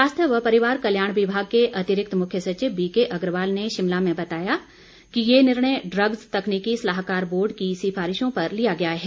स्वास्थ्य व परिवार कल्याण विभाग के अतिरिक्त मुख्य सचिव बीके अग्रवाल ने शिमला में बताया कि ये निर्णय ड्रग्स तकनीकी सलाहकार बोर्ड की सिफारिशों पर लिया गया है